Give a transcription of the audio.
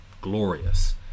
glorious